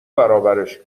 برابرش